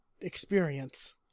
experience